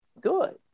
good